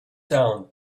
down